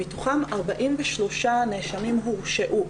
מתוכם 43 נאשמים הורשעו.